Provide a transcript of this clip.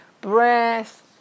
breath